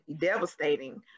devastating